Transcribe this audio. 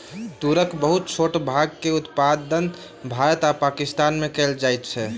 तूरक बहुत छोट भागक उत्पादन भारत आ पाकिस्तान में कएल जाइत अछि